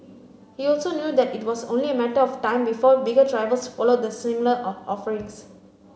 he also knew that it was only a matter of time before bigger rivals followed the similar offerings